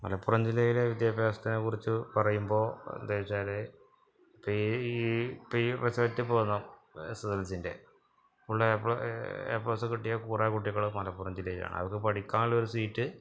മലപ്പുറം ജില്ലയിലെ വിദ്യാഭ്യാസത്തിനെക്കുറിച്ച് പറയുമ്പോൾ എന്തേവച്ചാൽ ഇപ്പം ഈ ഈ ഇപ്പം ഈ റിസൾട്ട് ഇപ്പം വന്നു എസ്എസ്എൽസിൻ്റെ full A plus A plus കിട്ടിയ കുറെ കുട്ടികൾ മലപ്പുറം ജില്ലയിലാണ് അവർക്ക് പഠിക്കാനുള്ളൊരു സീറ്റ്